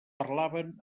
parlaven